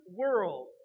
world